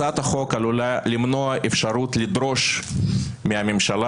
הצעת החוק עלולה למנוע אפשרות לדרוש מהממשלה